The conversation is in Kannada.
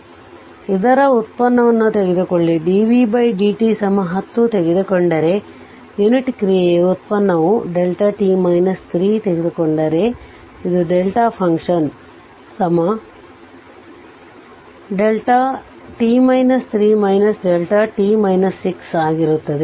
ಆದ್ದರಿಂದ ಇದರ ವ್ಯುತ್ಪನ್ನವನ್ನು ತೆಗೆದುಕೊಳ್ಳಿ d v d t 10 ತೆಗೆದುಕೊಂಡರೆ ಯುನಿಟ್ ಕ್ರಿಯೆಯ ವ್ಯುತ್ಪನ್ನವನ್ನು t 3 ತೆಗೆದುಕೊಂಡರೆ ಇದು function ಆಗಿರುತ್ತದೆ